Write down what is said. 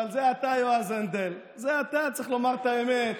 זה אתה, יועז הנדל, זה אתה, צריך לומר את האמת.